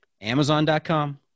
Amazon.com